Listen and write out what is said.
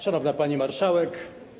Szanowna Pani Marszałek!